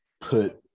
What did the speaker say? put